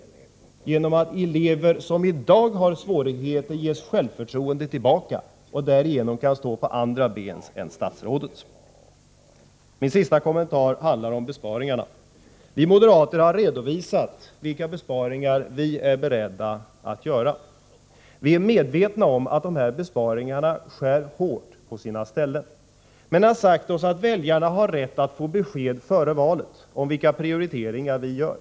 Det kan ske genom att elever som i dag har svårigheter ges självförtroende, så att de därigenom kan stå på egna ben och inte behöver luta sig mot statsrådet. Min sista kommentar gäller besparingarna. Vi moderater har redovisat vilka besparingar vi är beredda att göra. Vi är medvetna om att dessa besparingar slår hårt på sina ställen, men vi har sagt oss att väljarna har rätt att före valet få besked om vilka prioriteringar vi gör.